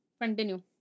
continue